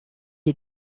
est